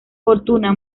fortuna